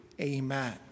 Amen